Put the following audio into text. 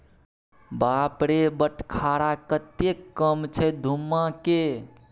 बाप रे बटखरा कतेक कम छै धुम्माके